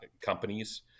companies